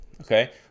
Okay